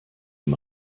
dem